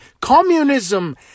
communism